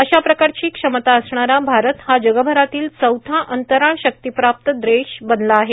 अशा प्रकारची क्षमता असणारा भारत हा जगभरातील चौथा अंतराळ शक्तिप्राप्त देश बनला आहे